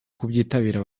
kubyitabira